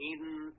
Eden